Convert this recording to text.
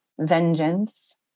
vengeance